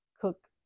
cook